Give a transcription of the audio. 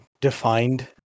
defined